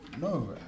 No